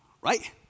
right